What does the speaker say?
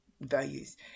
values